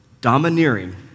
Domineering